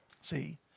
See